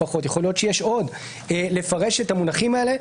יכול להיות שיש עוד לפרש את המונחים האלה,